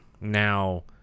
Now